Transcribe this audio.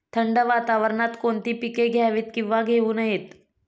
थंड वातावरणात कोणती पिके घ्यावीत? किंवा घेऊ नयेत?